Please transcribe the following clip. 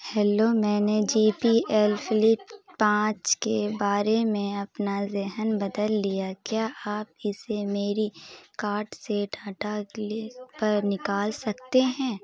hello میں نے J B L Flip پانچ کے بارے میں اپنا ذہن بدل لیا کیا آپ اسے میری کارٹ سے ٹاٹا کلک پر نکال سکتے ہیں